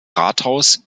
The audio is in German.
rathaus